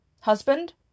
Husband